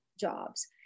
jobs